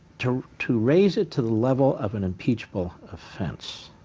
to to raise it to the level of an impeachable offense,